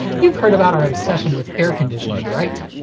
you've heard about our obsession with air conditioning, right?